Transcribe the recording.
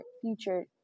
future